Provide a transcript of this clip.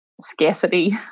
Scarcity